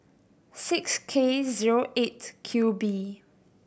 six K zero Eight Q B